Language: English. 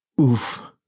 Oof